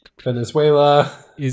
Venezuela